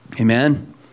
Amen